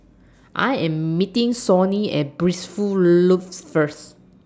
I Am meeting Sonny At Blissful Lofts First